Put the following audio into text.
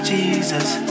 Jesus